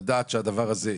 לדעת שהדבר הזה,